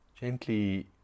Gently